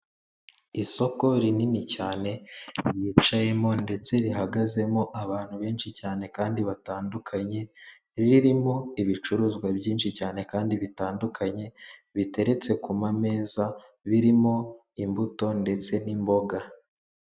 Isoko rinini cyane ryicayemo ndetse rihagazemo abantu benshi cyane kandi batandukanye ririmo ibicuruzwa byinshi cyane kandi bitandukanye biteretse ku ma meza birimo imbuto ndetse n'imboga.